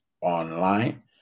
online